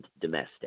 domestic